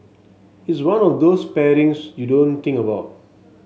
it's one of those pairings you don't think about